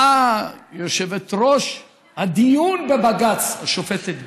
באה יושבת-ראש הדיון בבג"ץ, השופטת בייניש,